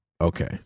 okay